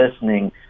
listening